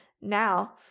now